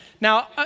Now